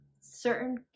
certain